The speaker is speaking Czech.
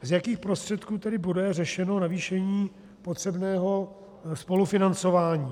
Z jakých prostředků tedy bude řešeno zvýšení potřebného spolufinancování?